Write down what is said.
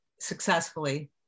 successfully